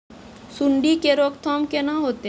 सुंडी के रोकथाम केना होतै?